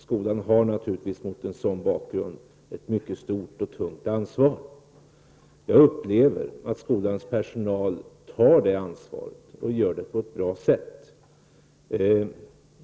Skolan har naturligtvis mot den bakgrunden ett mycket stort och tungt ansvar. Jag upplever att skolans personal tar detta ansvar på ett mycket bra sätt.